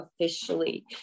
officially